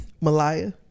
Malaya